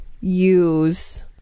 use